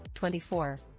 24